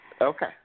Okay